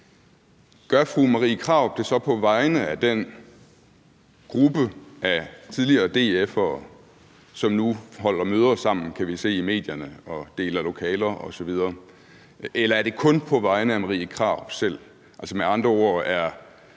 gør fru Marie Krarup det så på vegne af den gruppe af tidligere DF'ere, som nu holder møder sammen, kan vi se i medierne, og som deler lokaler osv., eller er det kun på vegne af fru Marie Krarup selv? Altså, er hr.